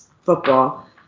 football